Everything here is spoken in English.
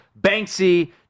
Banksy